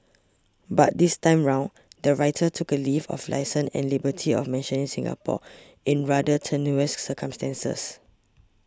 but this time round the writer took a leave of licence and liberty of mentioning Singapore in rather tenuous circumstances